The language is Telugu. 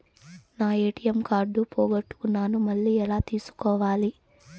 నా ఎ.టి.ఎం కార్డు పోగొట్టుకున్నాను, మళ్ళీ ఎలా తీసుకోవాలి?